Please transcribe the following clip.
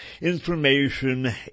information